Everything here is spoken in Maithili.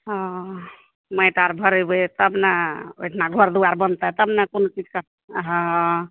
ओ माटि आर भरेबै तब ने ओहिठिना घर दुआरि बनतै तब ने कोनो चीजके हँ